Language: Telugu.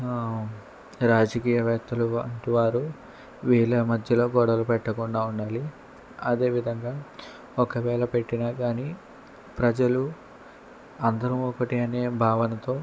రాజకీయ వేత్తలు వంటివారు వీళ్ళ మధ్యలో గొడవలు పెట్టకుండా ఉండాలి అదేవిధంగా ఒకవేళ పెట్టినా కానీ ప్రజలు అందరం ఒకటే అనే భావనతో